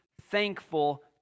thankful